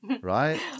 Right